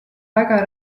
väga